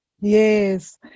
Yes